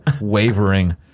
wavering